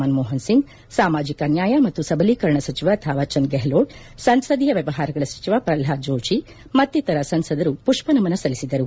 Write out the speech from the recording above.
ಮನಮೋಹನ್ಸಿಂಗ್ ಸಾಮಾಜಿಕ ನ್ಯಾಯ ಮತ್ತು ಸಬಲೀಕರಣ ಸಚಿವ ಥಾವರ್ಚಂದ್ ಗೆಹ್ಲೋಟ್ ಸಂಸದೀಯ ವ್ಯವಹಾರಗಳ ಸಚಿವ ಪ್ರಹ್ಲಾದ್ ಜೋಷಿ ಮತ್ತಿತರ ಸಂಸದರು ಪುಷ್ಷನಮನ ಸಲ್ಲಿಸಿದರು